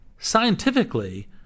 Scientifically